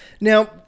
Now